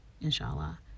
inshallah